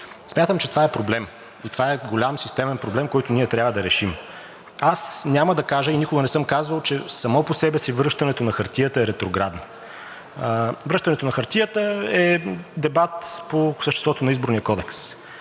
Смятам, че това е проблем, това е голям системен проблем, който ние трябва да решим. Аз няма да кажа и никога не съм казвал, че само по себе си връщането на хартията е ретроградно. Връщането на хартията е дебат по съществото на Изборния кодекс,